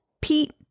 Pete